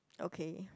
okay